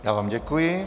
Já vám děkuji.